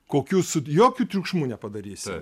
kokių su jokiu triukšmu nepadarysi